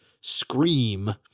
Scream